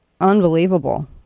unbelievable